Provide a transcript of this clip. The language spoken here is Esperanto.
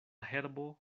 herbo